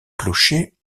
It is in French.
clocher